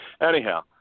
Anyhow